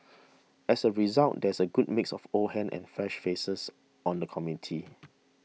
as a result there is a good mix of old hands and fresh faces on the committee